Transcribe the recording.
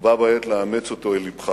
ובה בעת לאמץ אותו אל לבך.